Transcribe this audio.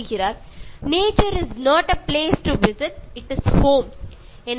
പ്രകൃതി നമുക്ക് വിനോദ യാത്ര പോകേണ്ട സ്ഥലം അല്ല